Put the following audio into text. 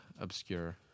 obscure